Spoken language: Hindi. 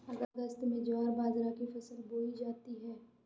अगस्त में ज्वार बाजरा की फसल बोई जाती हैं